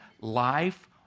life